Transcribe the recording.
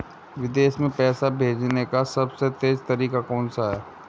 विदेश में पैसा भेजने का सबसे तेज़ तरीका कौनसा है?